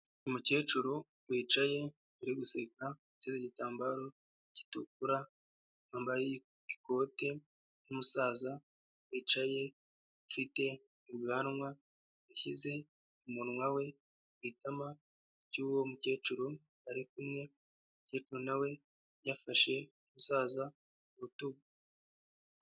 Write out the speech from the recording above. Umukecuru wicaye uri guseka, uteze igitambaro gitukura, yambaye ikote, n'umusaza wicaye afite ubwanwa, yashyize umunwa we ku itama ry'uwo mukecuru, bari kumwe, ariko nawe yafashe umusaza ku rutugu.